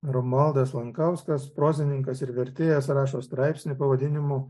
romualdas lankauskas prozininkas ir vertėjas rašo straipsnį pavadinimu